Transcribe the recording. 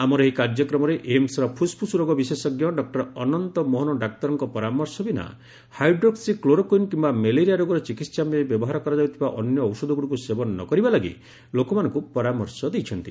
ଆମର ଏହି କାର୍ଯ୍ୟକ୍ରମରେ ଏମ୍ସର ଫୁସ୍ଫୁସ୍ ରୋଗ ବିଶେଷଜ୍ଞ ଡକ୍ଟର ଅନନ୍ତ ମୋହନ ଡାକ୍ତରଙ୍କ ପରାମର୍ଶବିନା ହାଇଡ୍ରୋକ୍ସି କ୍ଲୋରୋକୁଇନ୍ କିମ୍ବା ମେଲେରିଆ ରୋଗର ଚିକିିିହା ପାଇଁ ବ୍ୟବହାର କରାଯାଉଥିବା ଅନ୍ୟ ଔଷଧଗୁଡ଼ିକୁ ସେବନ ନ କରିବା ଲାଗି ଲୋକମାନଙ୍କୁ ପରାମର୍ଶ ଦେଇଛନ୍ତି